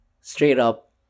straight-up